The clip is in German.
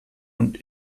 und